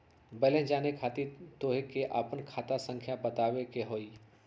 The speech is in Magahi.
बैलेंस जाने खातिर तोह के आपन खाता संख्या बतावे के होइ?